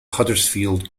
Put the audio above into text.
huddersfield